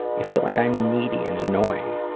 i feel like i'm needy and annoying.